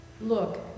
Look